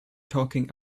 talking